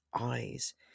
eyes